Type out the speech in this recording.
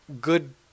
good